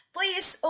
Please